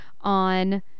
on